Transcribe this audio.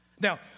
Now